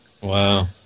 Wow